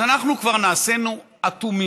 אז אנחנו כבר נעשינו אטומים,